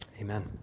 Amen